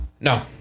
No